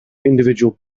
individual